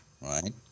Right